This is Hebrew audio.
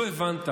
לא הבנת את